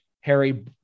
Harry